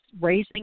raising